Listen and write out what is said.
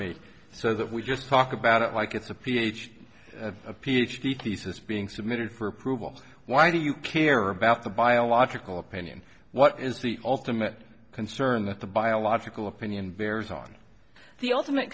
me so that we just talk about it like it's the ph a ph d thesis being submitted for approval why do you care about the biological opinion what is the ultimate concern that the biological opinion bears on the ultimate